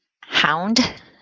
Hound